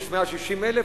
יש 160,000,